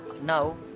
Now